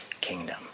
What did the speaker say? kingdom